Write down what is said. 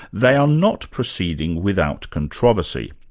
they are not proceeding without controversy.